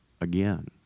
again